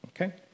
okay